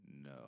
no